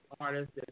artists